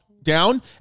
Down